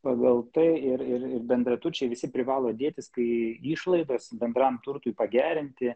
pagal tai ir ir ir bendraturčiai visi privalo dėtis kai išlaidas bendram turtui pagerinti